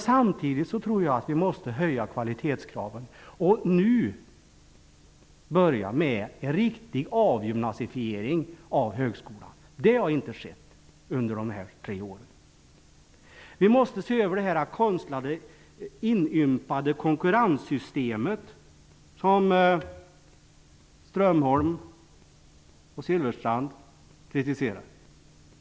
Samtidigt tror jag att vi måste höja kvalitetskraven och nu börja med en riktig avgymnasifiering av högskolan. Det har inte skett under de här tre åren. Vi måste se över det konstlade inympade konkurrenssystemet, som Strömholm och Silfverstrand kritiserar.